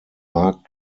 markt